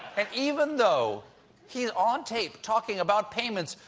and even though he's on tape talking about payments,